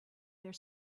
their